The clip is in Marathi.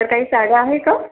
तर काही साड्या आहे का